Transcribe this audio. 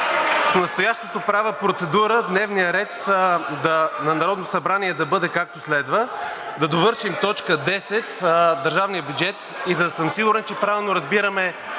с настоящото правя процедура дневният ред на Народното събрание да бъде, както следва: да довършим т. 10 – държавния бюджет, и да съм сигурен, че правилно разбираме